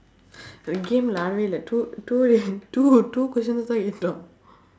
the game lah the two two two two questions that's why you stop